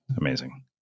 Amazing